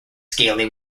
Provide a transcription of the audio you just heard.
scaly